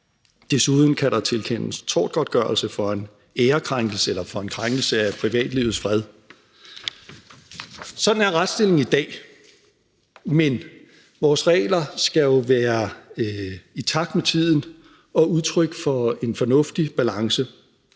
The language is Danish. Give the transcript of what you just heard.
Desuden kan der tilkendes tortgodtgørelse for en ærekrænkelse eller for en krænkelse af privatlivets fred. Sådan er retsstillingen i dag, men vores regler skal jo være i takt med tiden og udtryk for en fornuftig balance,